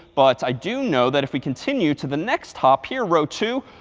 but i do know that if we continue to the next hop here, row two,